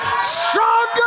stronger